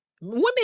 Women